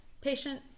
patient